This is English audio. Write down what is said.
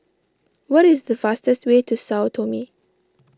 what is the fastest way to Sao Tome